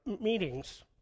meetings